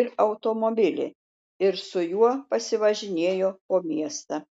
į automobilį ir su juo pasivažinėjo po miestą